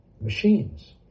machines